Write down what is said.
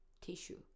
Tissue